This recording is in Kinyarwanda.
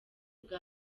bwa